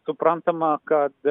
suprantama kad